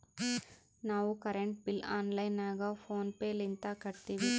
ನಾವು current bill online ನಾಗ PhonePe ಲಿಂತ ಕಟ್ಟತ್ತಿವಿ